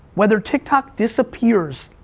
whether tiktok disappears,